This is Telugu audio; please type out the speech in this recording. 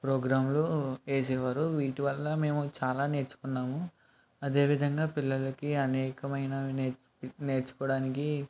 ప్రోగ్రాంలు వేసేవారు వీటి వల్ల మేము చాలా నేర్చుకున్నాము అదేవిధంగా పిల్లలకి అనేకమైనవి నే నేర్చుకోవడానికి